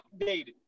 updated